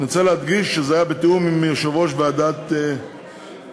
אני רוצה להדגיש שזה היה בתיאום עם יושב-ראש ועדת החוקה,